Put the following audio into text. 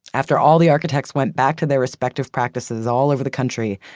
after all the architects went back to their respective practices all over the country,